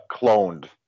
cloned